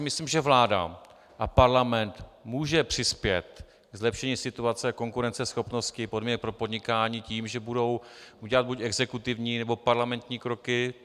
Myslím si, že vláda a parlament mohou přispět k zlepšení situace konkurenceschopnosti, podmínek pro podnikání tím, že budou dělat buď exekutivní, nebo parlamentní kroky.